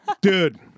Dude